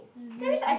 u_s_b